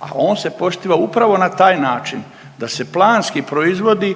a on se poštiva upravo na taj način da se planski proizvodi